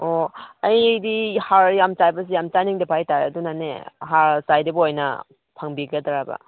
ꯑꯣ ꯑꯩꯗꯤ ꯍꯥꯔ ꯌꯥꯝ ꯆꯥꯏꯕꯁꯦ ꯌꯥꯝ ꯆꯥꯅꯤꯡꯗꯕ ꯑꯗꯨꯅꯅꯦ ꯍꯥꯔ ꯆꯥꯏꯗꯕ ꯑꯣꯏꯅ ꯐꯪꯕꯤꯒꯗ꯭ꯔꯕ